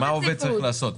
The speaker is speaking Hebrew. מה העובד צריך לעשות?